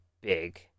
big